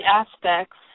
aspects